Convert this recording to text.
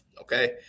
okay